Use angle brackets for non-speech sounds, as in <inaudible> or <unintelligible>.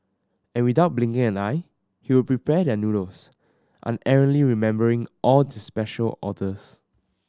and without blinking an eye he would prepare their noodles unerringly remembering all <unintelligible> special orders